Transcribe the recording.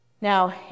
Now